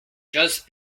just